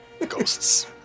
ghosts